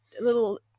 little